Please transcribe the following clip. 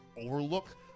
overlook